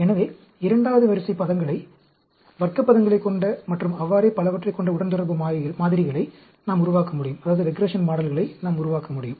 எனவே இரண்டாவது வரிசை பதங்களைக் வர்க்கப் பதங்களைக் கொண்ட மற்றும் அவ்வாறே பலவற்றைக் கொண்ட உடன்தொடர்பு மாதிரிகளை நாம் உருவாக்க முடியும்